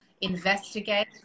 investigate